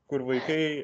kur vaikai